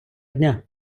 дня